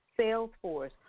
Salesforce